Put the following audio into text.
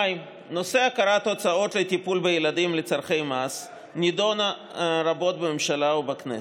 נושא ההכרה בהוצאות לטיפול בילדים לצורכי מס נדון רבות בממשלה ובכנסת,